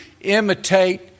imitate